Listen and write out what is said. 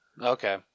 Okay